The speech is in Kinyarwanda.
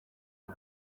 iyi